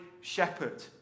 shepherd